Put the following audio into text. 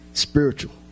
spiritual